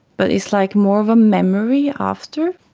but it's like more of a memory after.